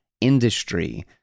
industry